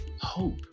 hope